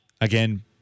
Again